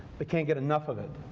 they can't get enough of it.